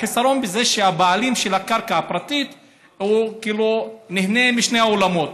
החיסרון הוא בזה שהבעלים של הקרקע הפרטית כאילו נהנה משני העולמות,